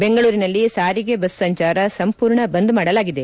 ಬೆಂಗಳೂರಿನಲ್ಲಿ ಸಾರಿಗೆ ಬಸ್ ಸಂಚಾರ ಸಂಪೂರ್ಣ ಬಂದ್ ಮಾಡಲಾಗಿದೆ